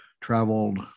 traveled